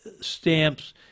stamps